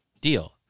deal